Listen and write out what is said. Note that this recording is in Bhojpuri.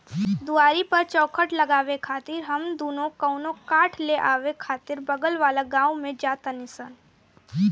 दुआरी पर चउखट लगावे खातिर हम दुनो कवनो काठ ले आवे खातिर बगल वाला गाँव में जा तानी सन